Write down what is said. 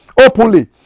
openly